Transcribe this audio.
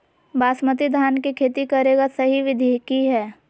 बासमती धान के खेती करेगा सही विधि की हय?